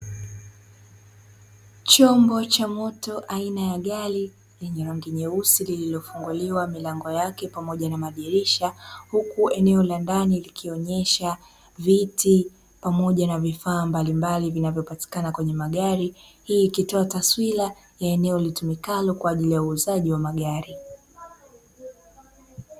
Chombo cha moto aina ya gari lenye rangi nyeusi lililofunguliwa milango yake pamoja na madirisha. Huku eneo la ndani likionyesha vitu pamoja na vifaa mbalimbali vinavyopatikana kwenye magari. Hii ikitoa taswira ya eneo lilitumikalo kwa ajili ya uuzaji wa magari.